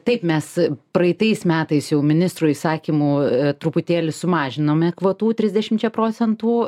taip mes praeitais metais jau ministro įsakymu truputėlį sumažinome kvotų trisdešimčia procentų